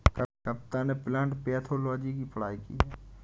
कविता ने plant pathology की पढ़ाई की है